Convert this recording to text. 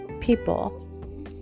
people